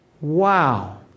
Wow